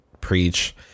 preach